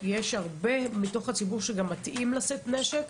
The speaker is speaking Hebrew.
אבל תהליכי גיוס כוח אדם בנציבות שירות המדינה,